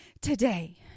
today